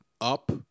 up